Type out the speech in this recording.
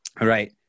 right